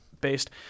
Based